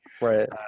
Right